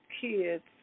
kids